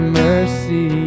mercy